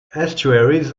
estuaries